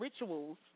rituals